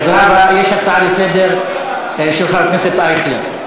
זהבה, יש הצעה לסדר של חבר הכנסת אייכלר.